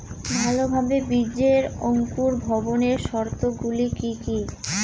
ভালোভাবে বীজের অঙ্কুর ভবনের শর্ত গুলি কি কি?